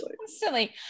constantly